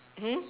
mmhmm